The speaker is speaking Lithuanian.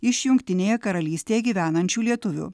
iš jungtinėje karalystėje gyvenančių lietuvių